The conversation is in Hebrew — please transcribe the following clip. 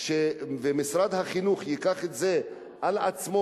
שמשרד החינוך ייקח את זה על עצמו,